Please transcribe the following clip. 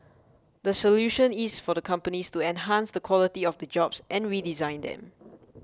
the solution is for the companies to enhance the quality of the jobs and redesign them